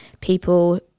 people